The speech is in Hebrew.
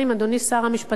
אדוני שר המשפטים,